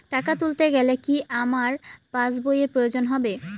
টাকা তুলতে গেলে কি আমার পাশ বইয়ের প্রয়োজন হবে?